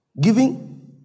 Giving